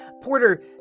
Porter